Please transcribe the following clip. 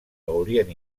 haurien